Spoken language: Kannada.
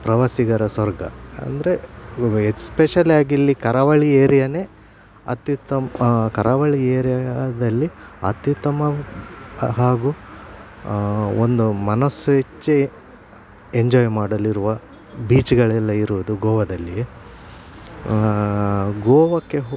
ಪ್ರವಾಸಿಗರ ಸ್ವರ್ಗ ಅಂದರೆ ಇವಾಗ ಎಸ್ಪೆಶಲಿಯಾಗಿಲ್ಲಿ ಕರಾವಳಿ ಏರಿಯಾನೇ ಅತ್ಯುತ್ತಮ ಕರಾವಳಿ ಏರಿಯಾದಲ್ಲಿ ಅತ್ಯುತ್ತಮ ಹಾಗೂ ಒಂದು ಮನಸ್ಸು ಇಚ್ಛೆ ಎಂಜಾಯ್ ಮಾಡಲಿರುವ ಬೀಚ್ಗಳೆಲ್ಲ ಇರುವುದು ಗೋವಾದಲ್ಲಿ ಗೋವಕ್ಕೆ ಹೋ